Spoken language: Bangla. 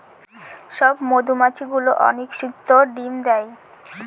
সব মধুমাছি গুলো অনিষিক্ত ডিম দেয়